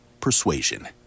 Persuasion